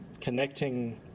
connecting